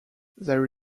there